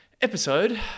episode